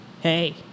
hey